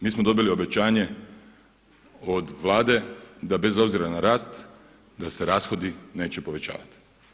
Mi smo dobili obećanje od Vlade da bez obzira na rast da se rashodi neće povećavati.